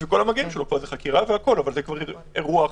יש חקירה, אבל זה כבר סיפור אחר.